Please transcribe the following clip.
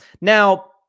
Now